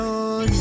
on